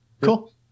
Cool